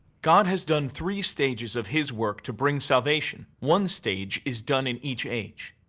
god has done three stages of his work to bring salvation. one stage is done in each age.